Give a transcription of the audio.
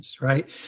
right